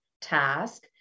task